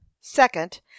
second